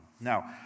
Now